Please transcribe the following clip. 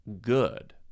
good